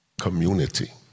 community